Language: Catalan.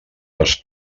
les